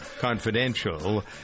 Confidential